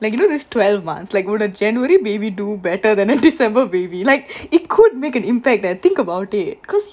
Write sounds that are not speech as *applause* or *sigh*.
like you know this twelve months like will the january baby do better than in december baby like *breath* it could make an impact that think about it cause